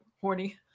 horny